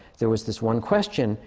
there was this one question,